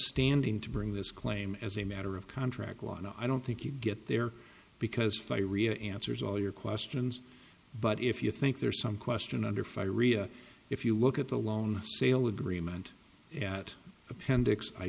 standing to bring this claim as a matter of contract law and i don't think you get there because fire rhea answers all your questions but if you think there's some question under fire ria if you look at the loan sale agreement at appendix i